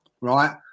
Right